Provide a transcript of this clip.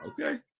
Okay